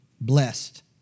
blessed